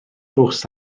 bws